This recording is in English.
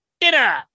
dinner